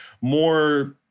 more